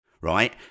right